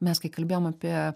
mes kai kalbėjom apie